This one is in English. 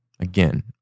Again